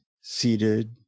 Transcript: seated